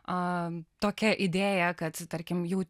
a tokia idėja kad tarkim jau